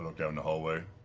down the hallway.